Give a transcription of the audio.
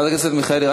חברת הכנסת מיכאלי,